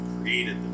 created